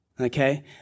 okay